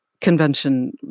convention